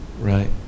right